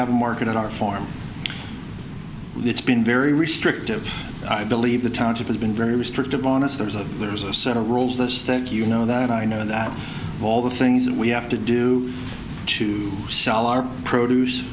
have a market at our farm it's been very restrictive i believe the township has been very restrictive on us that is that there's a set of rules the stick you know that i know that all the things that we have to do to sell our produce